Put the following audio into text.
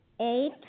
eight